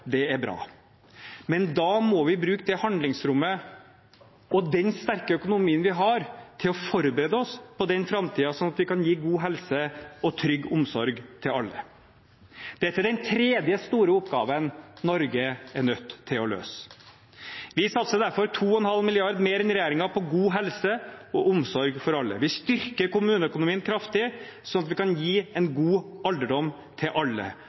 Det er bra. Men da må vi bruke det handlingsrommet og den sterke økonomien vi har, til å forberede oss på den framtiden, sånn at vi kan gi god helse og trygg omsorg til alle. Dette er den tredje store oppgaven Norge er nødt til å løse. Vi satser derfor 2,5 mrd. kr mer enn regjeringen på god helse og omsorg for alle. Vi styrker kommuneøkonomien kraftig, sånn at vi kan gi en god alderdom til alle,